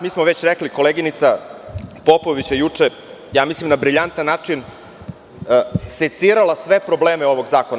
Mi smo već rekli, koleginica Popović je juče, mislim na brilijantan način secirala sve probleme ovog zakona.